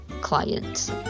clients